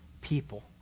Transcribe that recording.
people